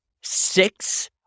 six